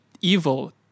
evil